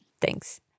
Thanks